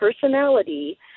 personality